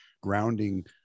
grounding